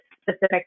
specific